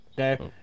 Okay